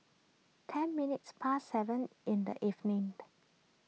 ten minutes past seven in the evening